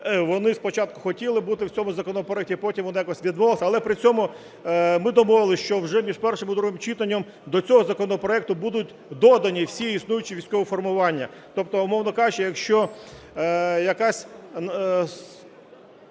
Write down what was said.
вони спочатку хотіли бути в цьому законопроекті, потім вони якось відмовилися. Але при цьому ми домовилися, що вже між першим і другим читанням до цього законопроекту будуть додані всі існуючі військові формування. Тобто, умовно кажучи, якщо якась